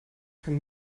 kein